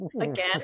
again